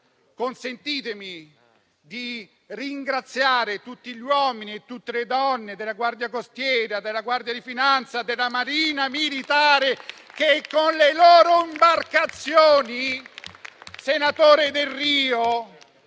consentitemi di ringraziare tutti gli uomini e tutte le donne della Guardia costiera, della Guardia di finanza, della Marina militare che, con le loro imbarcazioni, salvano